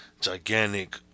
gigantic